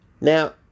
Now